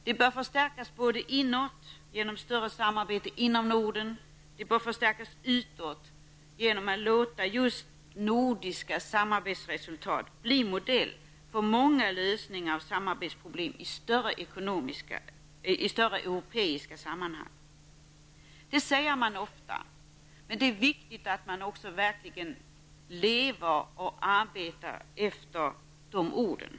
Det bör förstärkas både inåt genom större samarbete inom Norden och utåt genom att låta nordiska samarbetsresultat bli modell för många lösningar av samarbetsproblem i större europeiska sammanhang. Man säger detta ofta, men det är viktigt att man verkligen lever och arbetar efter de orden.